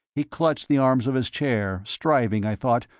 he clutched the arms of his chair, striving, i thought,